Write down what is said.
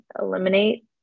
eliminate